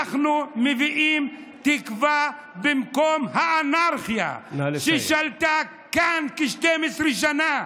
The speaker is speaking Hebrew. אנחנו מביאים תקווה במקום האנרכיה ששלטה כאן כ-12 שנה.